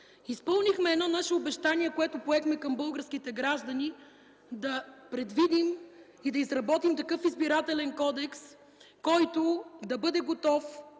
Изпълнихме едно наше обещание, което поехме към българските граждани, да предвидим и да изработим такъв Избирателен кодекс, който да бъде готов